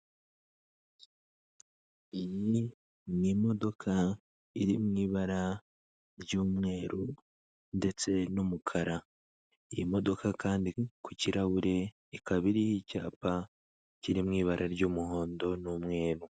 Iyi ni imodoka iri mu ibara ry'umweru ndetse n'umukara, iyi modoka kandi ku kirahure ikaba iriho icyapa kiri mu ibara ry'umuhondo n'umweru.